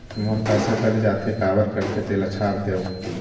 मोर पैसा कट जाथे काबर कटथे तेला छाप देव?